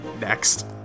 Next